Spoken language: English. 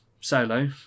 solo